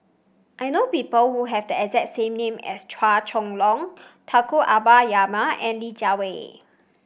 I know people who have the exact same name as Chua Chong Long Tunku Abdul Rahman and Li Jiawei